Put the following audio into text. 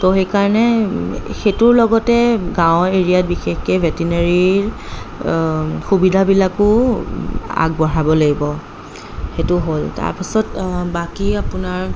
তো সেইকাৰণে সেইটোৰ লগতে গাঁৱৰ এৰিয়া বিশেষকৈ ভেটিনেৰিৰ সুবিধাবিলাকো আগবঢ়াব লাগিব সেইটো হ'ল তাৰ পাছত বাকী আপোনাৰ